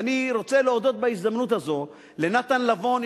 ואני רוצה להודות בהזדמנות הזאת לנתן לבון,